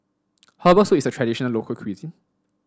herbal soup is a traditional local cuisine